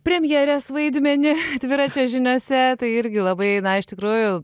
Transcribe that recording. premjerės vaidmenį dviračio žiniose tai irgi labai na iš tikrųjų